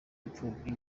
imfubyi